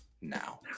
now